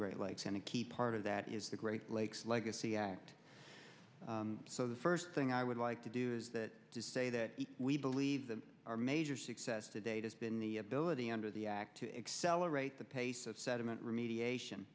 great lakes and a key part of that is the great lakes legacy act so the first thing i would like to do is that to say that we believe that our major success to date has been the ability under the act to accelerate the pace of sediment remediation